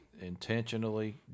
intentionally